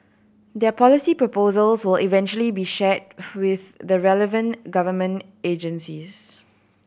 their policy proposals will eventually be shared with the relevant government agencies